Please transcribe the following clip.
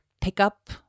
pickup